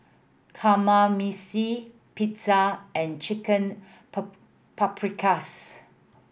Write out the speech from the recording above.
Kamameshi Pizza and Chicken Paprikas